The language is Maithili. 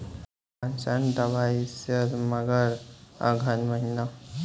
मोनसेंटो दवाई सेल मकर अघन महीना,